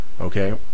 Okay